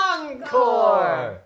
Encore